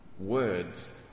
Words